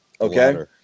Okay